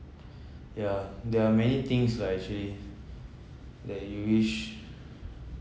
yeah there are many things lah actually that you wish